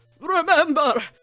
Remember